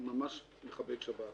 אני ממש מכבד שבת,